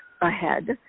ahead